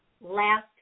last